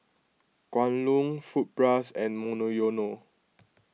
Kwan Loong Fruit Plus and Monoyono